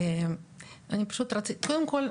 קודם כל,